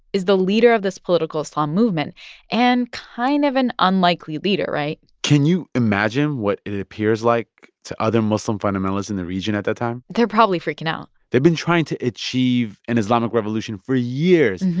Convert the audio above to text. is the leader of this political islam movement and kind of an unlikely leader, right? can you imagine what it appears like to other muslim fundamentalists in the region at that time? they're probably freaking out they've been trying to achieve an islamic revolution for years.